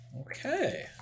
okay